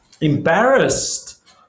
Embarrassed